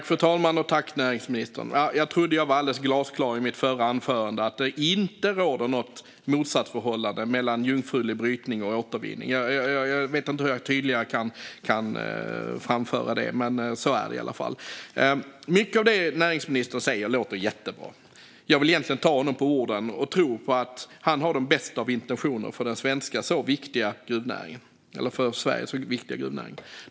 Fru talman! Tack, näringsministern! Jag trodde att jag var alldeles glasklar i mitt förra anförande om att det inte råder något motsatsförhållande mellan jungfrulig brytning och återvinning. Jag vet inte hur jag tydligare kan framföra det, men så är det i alla fall. Mycket av det som näringsministern säger låter jättebra. Jag vill egentligen ta honom på orden och tro på att han har de bästa av intentioner för den för Sverige så viktiga gruvnäringen.